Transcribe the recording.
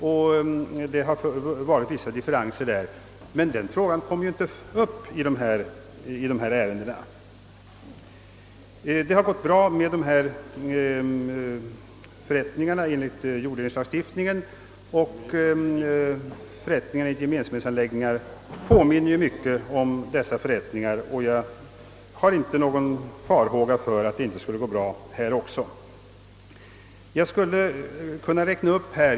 Där har det funnits vissa differenser. Men det är ju en fråga som inte kommer upp i de ärenden det här gäller. Det har gått bra med förrättningar enligt jorddelningslagstiftningen, och förrättningarna vid gemensamhetsanläggningar påminner om dem. Jag hyser därför inga farhågor för att det inte skulle gå bra i dessa fall också.